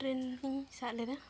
train ᱦᱚᱧ ᱥᱟᱵ ᱞᱮᱫᱟ